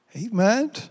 Amen